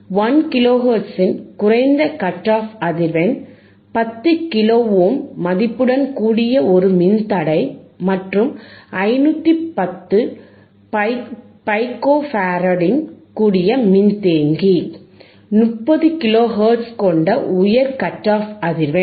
1 கிலோஹெர்ட்ஸின் குறைந்த cut off அதிர்வெண் 10 கிலோ ஓம் மதிப்புடன் கூடிய ஒரு மின்தடை மற்றும் 510 பைக்கோ ஃபாராட்டுடன் கூடிய மின்தேக்கி 30 கிலோ ஹெர்ட்ஸ் கொண்ட உயர் கட் ஆஃப் அதிர்வெண்